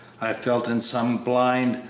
i felt in some blind,